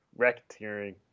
racketeering